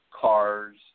cars